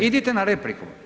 Idite na repliku.